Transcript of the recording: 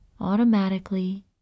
automatically